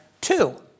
two